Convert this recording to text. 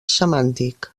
semàntic